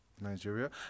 Nigeria